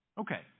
Okay